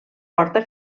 porta